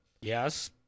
Yes